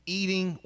eating